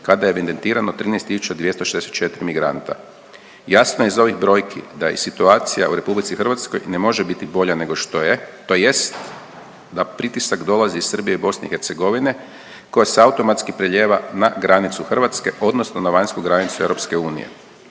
kada je evidentirano 13 264 migranta. Jasno je iz ovih brojki da je situacija u RH ne može biti bolja nego što je, tj. da pritisak dolazi iz Srbije i Bosne i Hercegovine koja se automatski preljeva na granicu Hrvatske, odnosno na vanjsku granicu Europske unije.